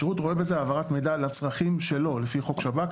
השירות רואה בזה העברת מידע לצרכים שלו לפי חוק שב"כ,